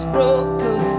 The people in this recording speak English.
broken